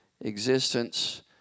existence